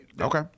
Okay